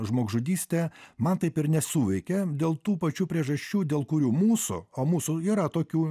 žmogžudystė man taip ir nesuveikė dėl tų pačių priežasčių dėl kurių mūsų o mūsų yra tokių